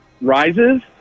rises